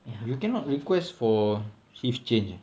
oh you cannot request for shift change eh